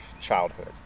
childhood